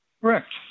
Correct